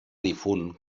difunt